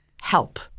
Help